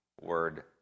word